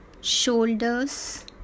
shoulders